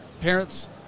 parents